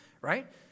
right